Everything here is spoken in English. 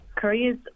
Korea's